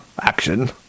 action